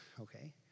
okay